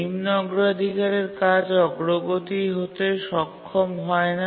নিম্ন অগ্রাধিকারের কাজ অগ্রগতি হতে সক্ষম হয় না